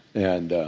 and